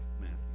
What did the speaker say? Matthew